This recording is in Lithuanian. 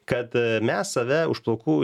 kad mes save už plaukų